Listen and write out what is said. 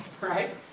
right